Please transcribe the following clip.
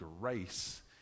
grace